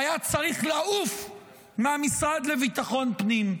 שהיה צריך לעוף מהמשרד לביטחון פנים.